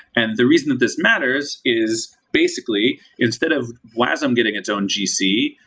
and the reason that this matters is, basically, instead of wasm getting its own gc,